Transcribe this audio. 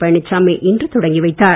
பழனிசாமி இன்று தொடக்கி வைத்தார்